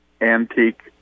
antique